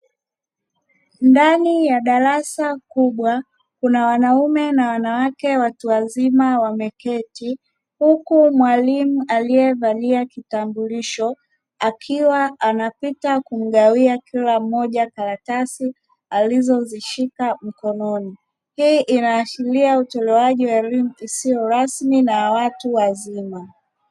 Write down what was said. Ndani ya darasa kubwa kuna wanaume na wanawake watu wazima wameketi, huku mwalimu aliyevalia kitambulisho akiwa anapita kumgawia kila mmoja karatasi alizozishika mkononi, hii inaashiria utolewaji wa elimu isiyo rasmi na watu wazima.